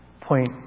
point